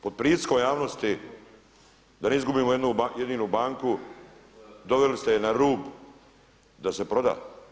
Pod pritiskom javnosti da ne izgubimo jednu jedinu banku doveli ste je na rub da se proda.